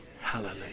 Hallelujah